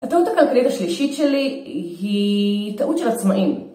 הטעות הכלכלית השלישית שלי היא טעות של עצמאים